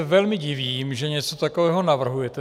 Velmi se divím, že něco takového navrhujete.